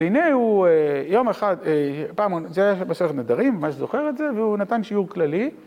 והנה הוא יום אחד, זה היה במסכת נדרים, אני ממש זוכר את זה, והוא נתן שיעור כללי.